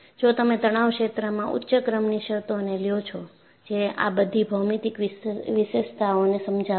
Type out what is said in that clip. જો તમે તણાવ ક્ષેત્રમાં ઉચ્ચ ક્રમની શરતોને લ્યો છો જે આ બધી ભૌમિતિક વિશેષતાઓને સમજાવશે